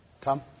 Tom